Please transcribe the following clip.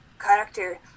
character